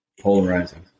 polarizing